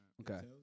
Okay